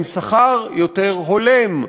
עם שכר יותר הולם,